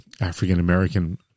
African-American